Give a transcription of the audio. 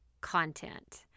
content